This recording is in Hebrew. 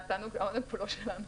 העונג כולו שלנו.